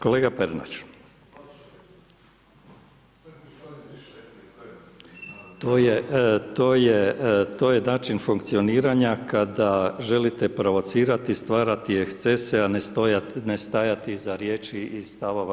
Kolega Pernar, to je način funkcioniranja kada želite provocirati i stvarati ekscese, a ne stajati iza riječi i stavova.